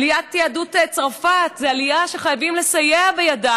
עליית יהדות צרפת זאת עלייה שחייבים לסייע בידה.